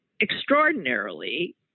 extraordinarily